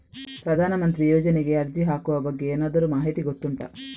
ಪ್ರಧಾನ ಮಂತ್ರಿ ಯೋಜನೆಗೆ ಅರ್ಜಿ ಹಾಕುವ ಬಗ್ಗೆ ಏನಾದರೂ ಮಾಹಿತಿ ಗೊತ್ತುಂಟ?